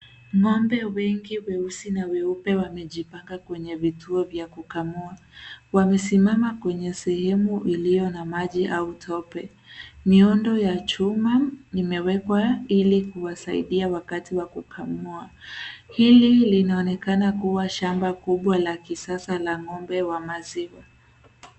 Ng'ombe wengi weusi na weupe wamejipanga kwenye vituo vya kukamua. Wamesimama kwenye sehemu iliyo na maji au tope. Miundo ya chuma imewekwa ili kuwasaidia wakati wa kukamua. Hili linaonekana kuwa shamba kubwa la kisasa la ng'ombe wa maziwa.